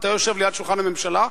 אתה יושב ליד שולחן הממשלה,